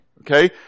Okay